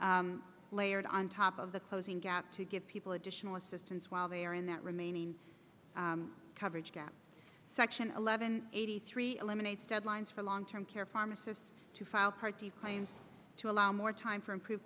layered on top of the closing gap to give people additional assistance while they are in that remaining coverage gap section eleven eighty three eliminates deadlines for long term care pharmacists to file card declined to allow more time for improve